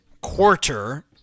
quarter